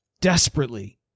desperately